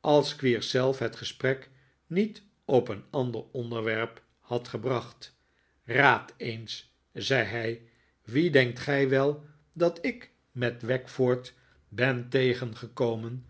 als squeers zelf het gesprek niet op een ander onderwerp had gebracht raadt eens zei hij wien denkt gij wel dat ik met wackford ben tegengekomen